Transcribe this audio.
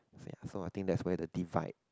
ya so I think that's where the define